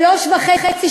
שלוש שעות וחצי,